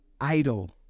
idle